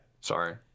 sorry